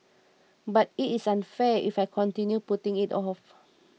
but it is unfair if I continue putting it off